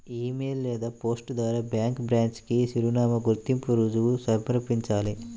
ఇ mail లేదా post ద్వారా bank branch కి చిరునామా, గుర్తింపు రుజువు సమర్పించాలి